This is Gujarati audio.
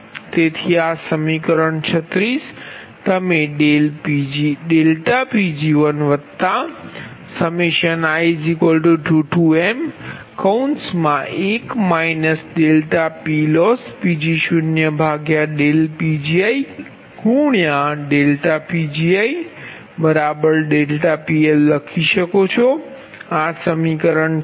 તેથી આ સમીકરણ સમીકરણ 36 તમે ∆Pg1i2m1 PLossPgoPgi∆Pgi∆PL લખી શકો છો આ સમીકરણ 40